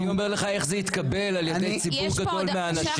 אני אומר לך איך זה התקבל על-ידי ציבור גדול מהאנשים.